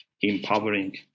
empowering